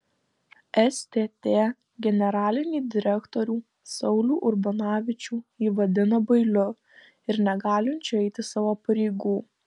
stt generalinį direktorių saulių urbanavičių ji vadina bailiu ir negalinčiu eiti savo pareigų